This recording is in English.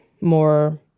more